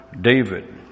David